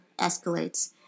escalates